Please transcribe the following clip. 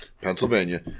Pennsylvania